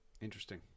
Interesting